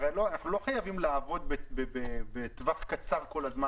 הרי אנחנו לא חייבים לעבוד בטווח קצר כל הזמן,